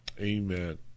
Amen